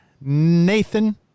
Nathan